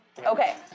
Okay